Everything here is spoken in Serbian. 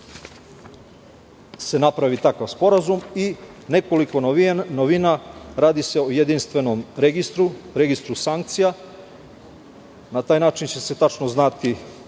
se napravi takav sporazum i nekoliko novina, radi se o jedinstvenom registru, registru sankcija. Na taj način će se tačno znati